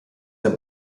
herr